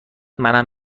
منم